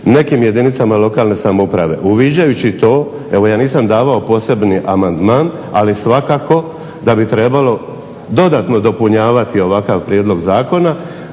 nekim jedinicama lokalne samouprave. Uviđajući to, evo ja nisam davao posebni amandman ali svakako da bi trebalo dodatno dopunjavati ovakav prijedlog zakon.